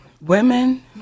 women